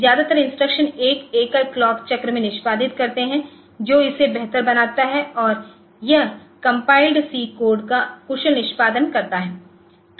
ज्यादातर इंस्ट्रक्शनएक एकल क्लॉक चक्र में निष्पादित करते है जो इसे बेहतर बनाता है और यह कम्पाइल सी कोड का कुशल निष्पादन करता है